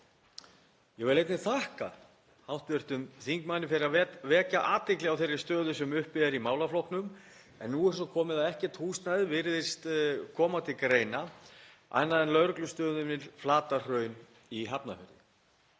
Ég vil einnig þakka hv. þingmanni fyrir að vekja athygli á þeirri stöðu sem uppi er í málaflokknum en nú er svo komið að ekkert húsnæði virðist koma til greina annað en lögreglustöðin við Flatahraun í Hafnarfirði.